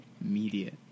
Immediate